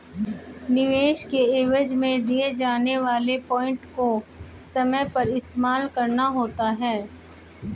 निवेश के एवज में दिए जाने वाले पॉइंट को समय पर इस्तेमाल करना होता है